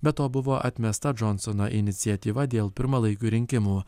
be to buvo atmesta džonsono iniciatyva dėl pirmalaikių rinkimų